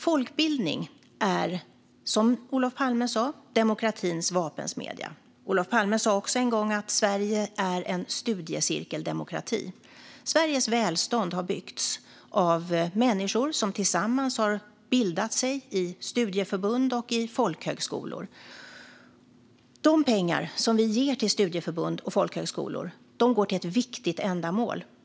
Folkbildning är, som Olof Palme sa, demokratins vapensmedja. Olof Palme sa också en gång att Sverige är en studiecirkeldemokrati. Sveriges välstånd har byggts av människor som tillsammans har bildat sig i studieförbund och på folkhögskolor. De pengar som vi ger till studieförbund och folkhögskolor går till ett viktigt ändamål.